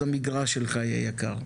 ואז המגרש שלך יהיה יקר.